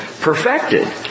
perfected